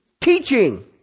teaching